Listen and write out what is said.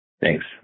Thanks